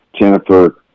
Jennifer